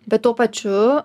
bet tuo pačiu